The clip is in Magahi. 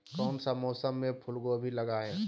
कौन सा मौसम में फूलगोभी लगाए?